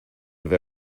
have